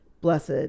Blessed